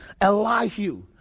Elihu